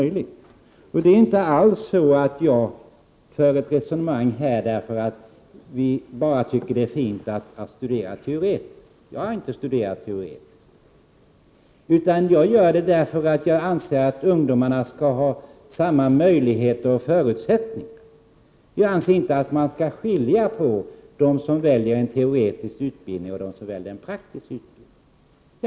Jag för inte detta resonemang här för att vi socialdemokrater skulle tycka att det är fint att bara studera teoretiska ämnen. Jag har inte studerat teoretiska ämnen. Jag för detta resonemang därför att jag anser att ungdomarna skall ha samma möjligheter och förutsättningar. Vi anser inte att man skall skilja på dem som väljer en teoretisk utbildning och dem som väljer en praktisk utbildning.